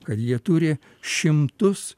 kad jie turi šimtus